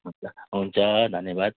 हुन्छ हुन्छ धन्यवाद